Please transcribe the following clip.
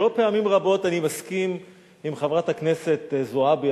לא פעמים רבות אני מסכים עם חברת הכנסת זועבי,